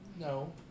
No